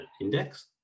index